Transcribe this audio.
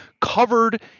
covered